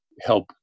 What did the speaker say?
help